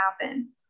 happen